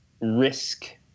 risk